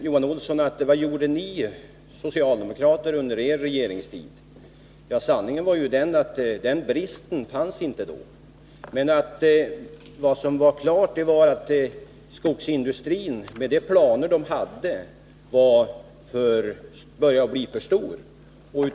Johan Olsson frågar: Vad gjorde ni socialdemokrater under er regeringstid? Sanningen är att bristen inte förelåg då. Men vad som var klart är att skogsindustrin, med tanke på de planer den hade, började bli för stor.